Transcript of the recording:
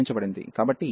కాబట్టి 0e xxn 1dx